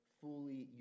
fully